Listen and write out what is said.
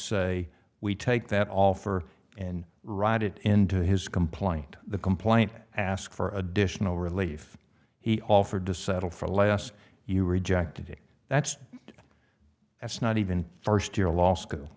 say we take that offer and ride it into his complaint the complaint ask for additional relief he offered to settle for less you rejected him that's that's not even first year law school